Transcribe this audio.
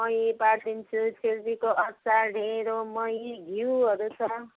मही पारिदिन्छु छुर्पीको अचार ढेँडो मही घिउहरू छ